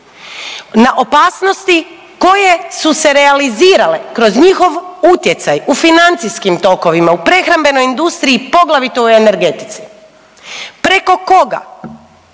Na opasnosti koje su se realizirale kroz njihov utjecaj u financijskim tokovima, u prehrambenoj industriji poglavito u energetici. Preko koga?